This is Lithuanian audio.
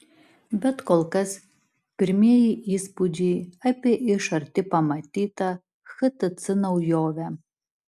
bet kol kas pirmieji įspūdžiai apie iš arti pamatytą htc naujovę